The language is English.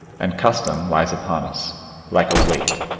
and custom lies upon us like a weight,